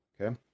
Okay